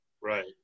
Right